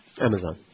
Amazon